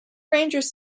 rangers